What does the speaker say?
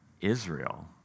Israel